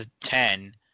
ten